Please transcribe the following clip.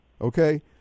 okay